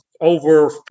over